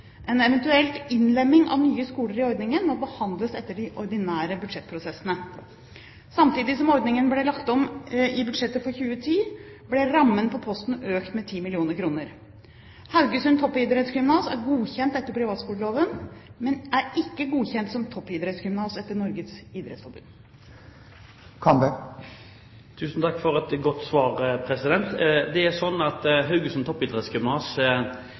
En eventuell innlemming av nye skoler i ordningen må behandles etter de ordinære budsjettprosessene. Samtidig som ordningen ble lagt om i budsjettet for 2010, ble rammen på posten økt med 10 mill. kr. Haugesund Toppidrettsgymnas er godkjent etter privatskoleloven, men er ikke godkjent som toppidrettsgymas etter Norges idrettsforbund. Tusen takk for et godt svar. Haugesund Toppidrettsgymnas holder til i et flott nybygg som